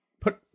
put